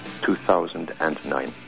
2009